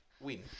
win